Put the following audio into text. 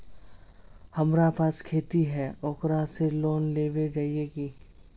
हमरा पास खेती है ओकरा से लोन मिलबे जाए की?